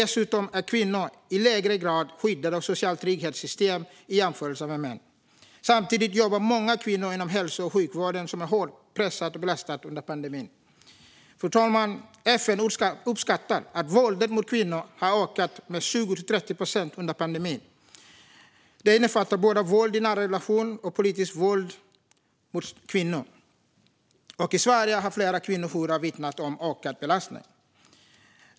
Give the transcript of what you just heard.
Dessutom är kvinnor i lägre grad än män skyddade av sociala trygghetssystem. Samtidigt jobbar många kvinnor inom hälso och sjukvården som är hårt pressad och belastad under pandemin. Fru talman! FN uppskattar att våldet mot kvinnor har ökat med 20-30 procent under pandemin. Det innefattar både våld i nära relationer och politiskt våld mot kvinnor. I Sverige har flera kvinnojourer vittnat om ökad belastning.